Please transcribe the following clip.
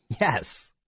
Yes